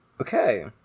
Okay